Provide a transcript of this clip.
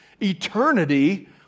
eternity